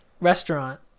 restaurant